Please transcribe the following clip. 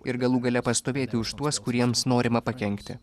ir galų gale pastovėti už tuos kuriems norima pakenkti